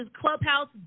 Clubhouse